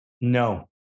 No